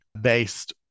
based